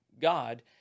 God